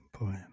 boy